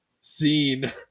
scene